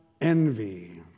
envy